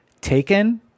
Taken